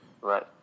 Right